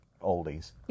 oldies